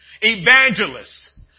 evangelists